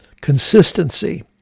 consistency